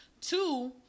Two